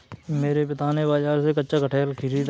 मेरे पिता ने बाजार से कच्चा कटहल खरीदा